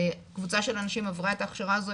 קבוצה של אנשים עברה את ההכשרה הזו,